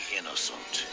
innocent